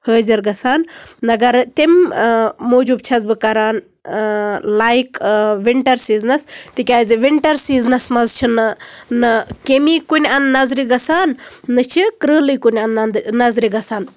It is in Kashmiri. حٲضر گژھان مَگر تَمہِ موٗجوٗب چھس بہٕ کران اۭں لایِک وِنٹر سیٖزنَس تِکیازِ وِنٹر سیٖنَس منٛز چھُنہٕ نہ کیمی کُنہِ اَندٕ نَظرِ گژھان نہ چھِ کرۭلٕے کُنہِ اَندٕ نَظرِ گژھان